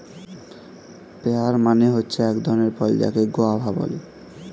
pair মানে হচ্ছে এক ধরণের ফল যাকে গোয়াভা বলে